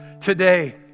Today